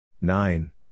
Nine